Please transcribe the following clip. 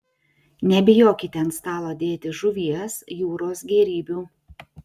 nebijokite ant stalo dėti žuvies jūros gėrybių